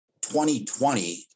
2020